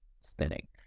spinning